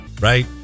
right